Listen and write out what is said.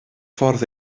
ffordd